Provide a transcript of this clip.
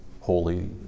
holy